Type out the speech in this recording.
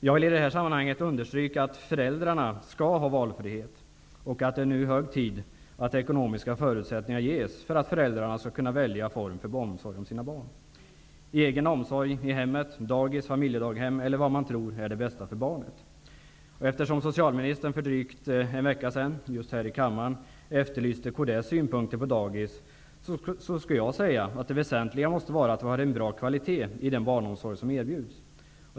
Jag vill i detta sammanhang understryka att föräldrarna skall ha valfrihet. Det är nu hög tid att ekonomiska förutsättningar ges för att föräldrar skall kunna välja barnomsorgsform för sina barn. Det kan gälla egen omsorg i hemmet, dagis, familjedaghem eller vad man tror är det bästa för barnet. Eftersom socialministern för drygt en vecka sedan just här i kammaren efterlyste kds synpunkter på dagis, vill jag säga att det väsentliga måste vara att vi har en bra kvalitet på den barnomsorg som erbjuds.